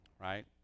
Right